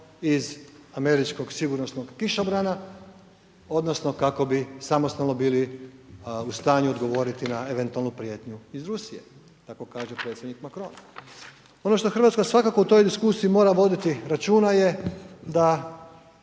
iz američkog sigurnosnog kišobrana odnosno kako bi samostalno bili u stanju odgovoriti na eventualnu prijetnju iz Rusije tako kaže predsjednik Macron. Ono što Hrvatska svakako u toj diskusiji mora voditi računa je da